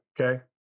Okay